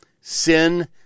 sin